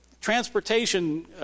transportation